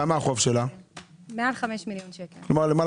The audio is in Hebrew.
החוב של אשקלון למעלה